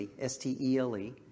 S-T-E-L-E